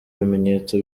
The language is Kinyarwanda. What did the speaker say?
bimenyetso